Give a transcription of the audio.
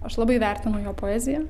aš labai vertinu jo poeziją